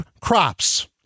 crops